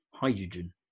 Hydrogen